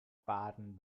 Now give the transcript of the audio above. baden